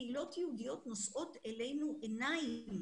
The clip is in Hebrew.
קהילות יהודיות נושאות אלינו עיניים